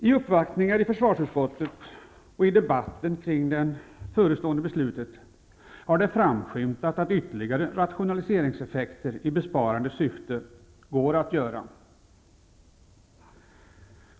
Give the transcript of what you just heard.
I uppvaktningar hos försvarsutskottet och i debatten kring det förestående beslutet har det framskymtat att ytterligare rationaliseringseffekter i besparande syfte går att göra.